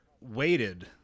waited